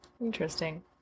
Interesting